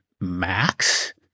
Max